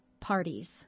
parties